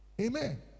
Amen